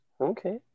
okay